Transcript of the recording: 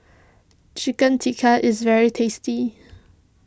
Chicken Tikka is very tasty